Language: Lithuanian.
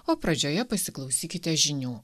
o pradžioje pasiklausykite žinių